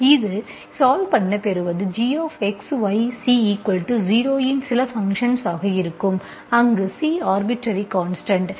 இதை சால்வ் பண்ண பெறுவது gXYC0 இன் சில ஃபங்சன் ஆக இருக்கும் அங்கு C ஆர்பிட்டர்ரி கான்ஸ்டன்ட்